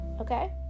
okay